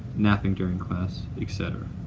napping during class, et cetera.